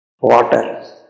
water